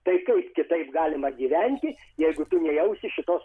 tai kaip kitaip galima gyventi jeigu tu nejausi šitos